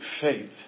faith